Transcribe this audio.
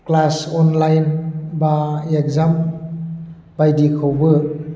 class online बा exam बायदिखौबो